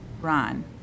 Ron